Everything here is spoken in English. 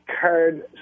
card